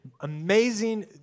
amazing